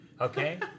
Okay